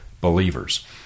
believers